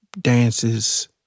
Dances